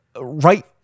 right